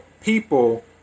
people